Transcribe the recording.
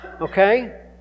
Okay